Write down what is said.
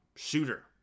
shooter